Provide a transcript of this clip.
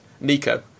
Nico